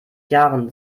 jahren